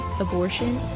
abortion